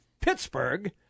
Pittsburgh